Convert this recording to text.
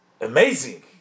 amazing